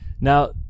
Now